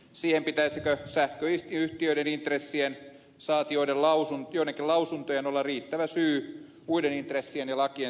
siihen pitäisikö sähköyhtiöiden intressien saati joidenkin lausuntojen olla riittävä syy muiden intressien ja lakien sivuuttamiselle